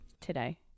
today